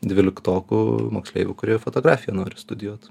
dvyliktokų moksleivių kurie fotografiją nori studijuot